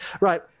Right